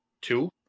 Two